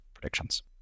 predictions